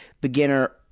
beginner